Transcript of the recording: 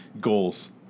goals